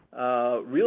real